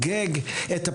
ובאמת,